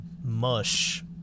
mush